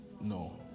no